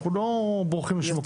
אנחנו לא בורחים לשום מקום.